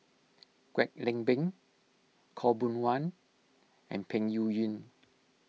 Kwek Leng Beng Khaw Boon Wan and Peng Yuyun